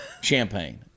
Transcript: champagne